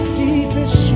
deepest